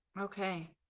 Okay